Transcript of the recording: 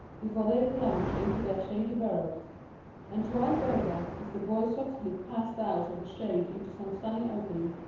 before they plunged into their shady burrows and twice over, as the boy softly passed out of the shade into some sunny opening,